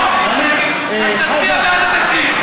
או, חזן, אז תצביע בעד התקציב.